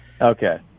Okay